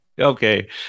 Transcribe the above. okay